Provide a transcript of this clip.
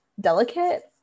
delicate